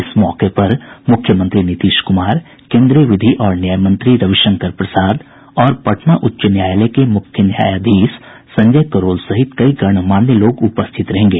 इस मौके पर मुख्यमंत्री नीतीश कुमार केन्द्रीय विधि और न्याय मंत्री रविशंकर प्रसाद और पटना उच्च न्यायालय के मुख्य न्यायाधीश संजय करोल सहित कई गणमान्य लोग उपस्थित रहेंगे